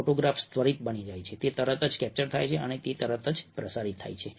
photographs ત્વરિત બની ગયા છે તે તરત જ કેપ્ચર થાય છે અને તે તરત જ પ્રસારિત થાય છે